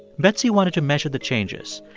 betsy wanted to measure the changes,